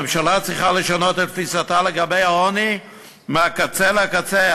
הממשלה צריכה לשנות את תפיסתה לגבי העוני מהקצה לקצה.